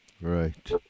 Right